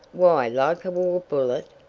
why like a war bullet?